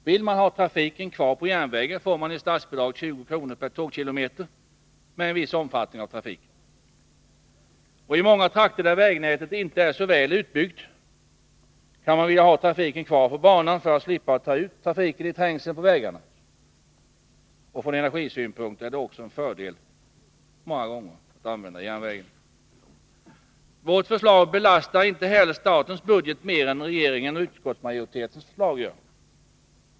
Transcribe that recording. Vill man ha trafiken kvar på järnväg får man i statsbidrag 20 kr./tågkilometer om trafiken har en viss omfattning. I många trakter, där vägnätet inte är så väl utbyggt, kan man vilja ha trafiken kvar på banan för att slippa ta ut trafiken i trängseln på vägarna. Från energisynpunkt är det också många gånger en fördel att få använda järnvägen. Vårt förslag belastar inte heller statsbudgeten mer än regeringens och utskottsmajoritetens förslag gör.